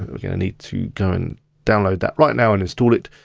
we're gonna need to go and download that right now and instal it,